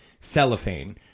Cellophane